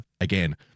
again